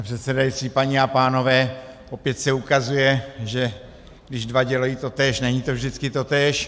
Pane předsedající, paní a pánové, opět se ukazuje, že když dva dělají totéž, není to vždycky totéž.